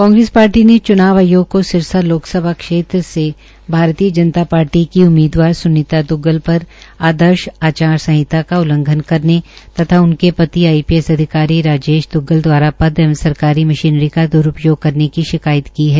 Congress party ने चुनाव आयोग को सिरसा लोकसभा क्षेत्र से भारतीय जनता पार्टी की उम्मीदवार स्नीता दुग्गल पर आदर्श आचार सहिंत का उल्लंघन करने तथा उनके पति आईपीएस अधिकारी राजेश द्रग्गल द्वारा पद एवं सरकारी मशीनरी का द्रूपयोग करने की शिकायत की है